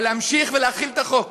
אבל להמשיך ולהחיל את החוק